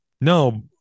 No